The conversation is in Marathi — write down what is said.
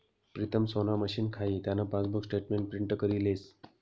प्रीतम सोना मशीन खाई त्यान पासबुक स्टेटमेंट प्रिंट करी लेस